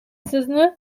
сезне